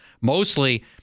Mostly